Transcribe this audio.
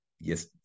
Yes